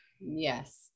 Yes